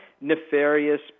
nefarious